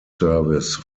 service